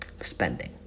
spending